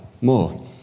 more